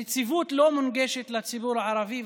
הנציבות לא מונגשת לציבור הערבי,